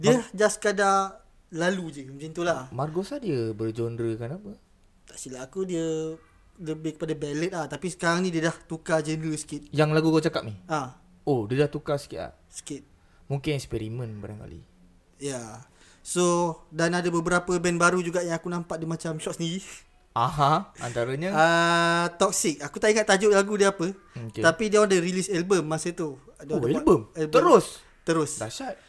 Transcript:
Dia Mar- just sekadar lalu je, macam tu lah. Margosa dia bergenrekan apa? Tak silap aku, dia lebih kepada ballad lah. Tapi sekarang ni dia dah tukar genre sikit. Yang lagu kau cakap ni? Ah. Oh, dia dah tukar sikit ah? Sikit. Mungkin eksperimen barangkali. Ya. So, dan ada beberapa band baru juga yang aku nampak dia macam short sendiri. Aha, antaranya? Ah, Toxic. Aku tak ingat tajuk lagu dia apa. Okey. Tapi dia ada release album masa tu. Dia Oh, ada buat album? album. Terus? Terus. Dahsyat.